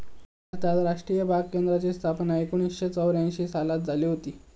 भारतात राष्ट्रीय बाग केंद्राची स्थापना एकोणीसशे चौऱ्यांशी सालात झाली हुती